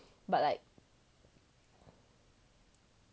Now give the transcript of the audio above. but like